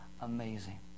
amazing